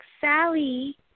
Sally